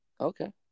Okay